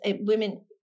women